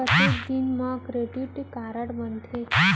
कतेक दिन मा क्रेडिट कारड बनते?